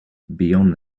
beyond